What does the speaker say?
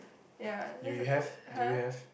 ya that's uh !huh!